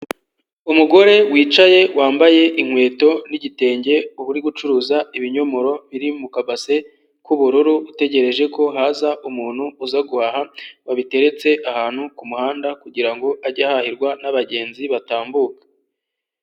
Umugore wicaye, wambaye inkweto n'igitenge ubu uri gucuruza ibinyomoro biri mu kabase k'ubururu utegereje ko haza umuntu uza guhaha, wabiteretse ahantu ku muhanda kugira ngo ajye ahahirwa n'abagenzi batambuka.